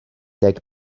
deg